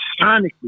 sonically